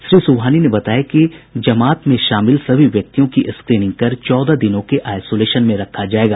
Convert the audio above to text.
श्री सुबहानी ने बताया कि जमात में शामिल सभी व्यक्तियों की स्क्रीनिंग कर चौदह दिनों के आईसोलेशन में रखा जायेगा